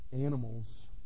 animals